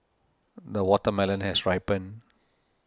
the watermelon has ripen